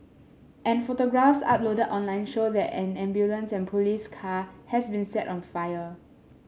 and photographs uploaded online show that an ambulance and police car has been set on fire